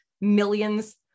millions